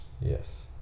Yes